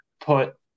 put